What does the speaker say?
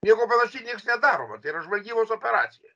nieko panašiai nieks nedaroma tai yra žvalgybos operacija